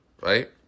right